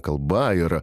kalba ir